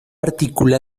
articula